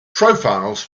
profiles